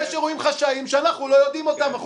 יש אירועים חשאיים שאנחנו לא יודעים אותם.